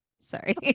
Sorry